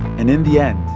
and in the end,